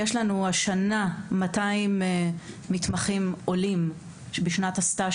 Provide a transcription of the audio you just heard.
השנה יש לנו 200 מתמחים עולים בשנת הסטאז'